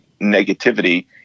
negativity